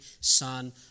Son